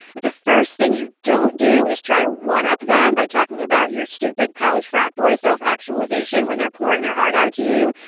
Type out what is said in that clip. the first thing you don't do is try to one up them by talking about your stupid college frat boy self actualization when they're pouring their heart out to you.